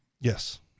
Yes